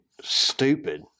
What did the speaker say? stupid